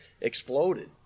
exploded